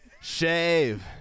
shave